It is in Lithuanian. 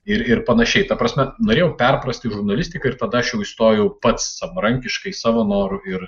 ir ir panašiai ta prasme norėjau perprasti žurnalistiką ir tada aš jau įstojau pats savarankiškai savo noru ir